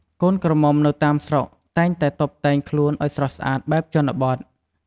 កូនក្រមុំនៅតាមស្រុកតែងតែតុបតែងខ្លួនអោយស្រស់ស្អាតបែបជនបទ។